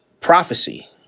prophecy